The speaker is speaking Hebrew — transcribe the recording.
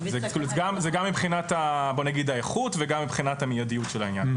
זה גם מבחינת האיכות וגם מבחינת המיידיות של העניין.